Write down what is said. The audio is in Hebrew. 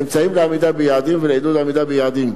אמצעים לעמידה ביעדים ולעידוד עמידה ביעדים,